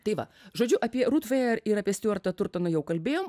tai va žodžiu apie rut vejer ir apie stiuartą turtoną jau kalbėjom